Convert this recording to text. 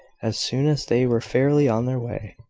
as soon as they were fairly on their way,